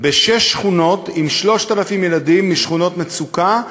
בשש שכונות עם 3,000 ילדים משכונות מצוקה,